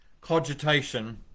cogitation